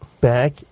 Back